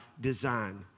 design